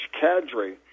cadre